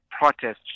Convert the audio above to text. protests